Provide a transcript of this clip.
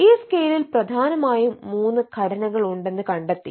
ഈ സ്കെയിലിൽ പ്രധാനമായും മൂന്ന്ഘടനകൾ ഉണ്ടെന്ന് കണ്ടെത്തി